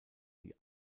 die